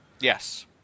Yes